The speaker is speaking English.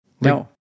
no